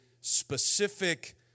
specific